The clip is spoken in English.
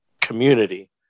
community